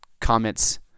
comments